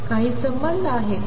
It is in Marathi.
काही संबंध आहे का